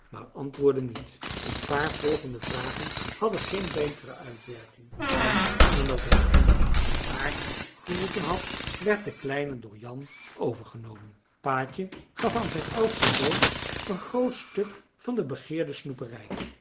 maar antwoordde niet een paar volgende vragen hadden geen betere uitwerking en nadat hij eindelijk taart geroepen had werd de kleine door jan overgenomen paatje gaf aan zijn oudsten zoon een groot stuk van de begeerde snoeperij